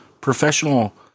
professional